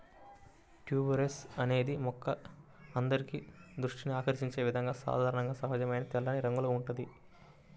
tuberose అనే మొక్క అందరి దృష్టిని ఆకర్షించే విధంగా సాధారణంగా సహజమైన తెల్లని రంగులో ఉంటుంది